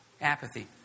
Apathy